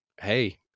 hey